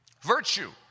Virtue